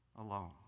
alone